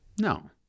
No